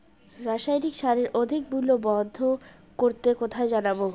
রাসায়নিক সারের অধিক মূল্য বন্ধ করতে কোথায় জানাবো?